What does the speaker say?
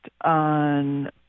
on